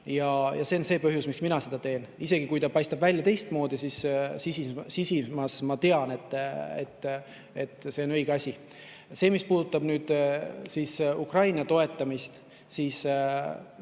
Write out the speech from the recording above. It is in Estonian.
See on see põhjus, miks ma seda teen. Isegi kui see paistab välja teistmoodi, siis sisimas ma tean, et see on õige asi. Mis puudutab nüüd Ukraina toetamist, siis